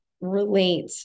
relate